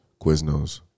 Quiznos